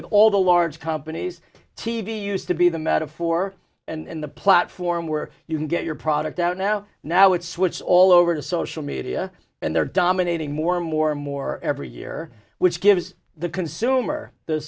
with all the large companies t v used to be the metaphor and the platform where you can get your product out now now it's what's all over to social media and they're dominating more and more and more every year which gives the consumer the